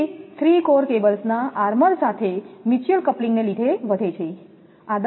તે 3 કોર કેબલ્સના આર્મર સાથે મ્યુચ્યુઅલ કપ્લિંગને લીધે વધે છે